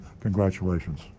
Congratulations